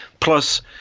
plus